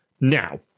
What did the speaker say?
Now